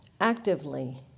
actively